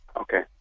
Okay